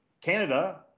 Canada